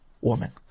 woman